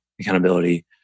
accountability